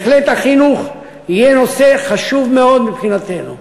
בהחלט, החינוך יהיה נושא חשוב מאוד מבחינתנו.